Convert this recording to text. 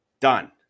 done